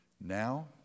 now